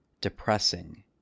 depressing